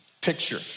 picture